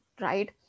right